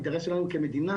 האינטרס שלנו כמדינה,